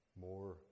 more